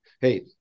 Hey